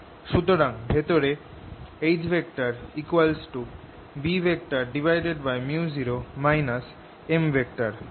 সুতরাং ভেতরে H Bµ0 M